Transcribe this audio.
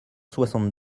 soixante